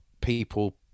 People